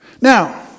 Now